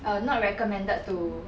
err not recommended to